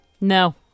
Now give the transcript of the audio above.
No